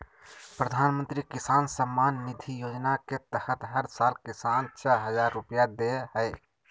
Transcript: प्रधानमंत्री किसान सम्मान निधि योजना के तहत हर साल किसान, छह हजार रुपैया दे हइ